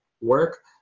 work